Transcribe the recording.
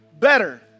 Better